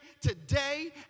today